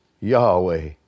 Yahweh